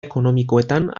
ekonomikoetan